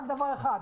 רק דבר אחד,